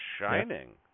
Shining